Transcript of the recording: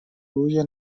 روی